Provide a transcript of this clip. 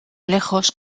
lejos